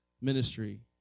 ministry